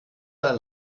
oder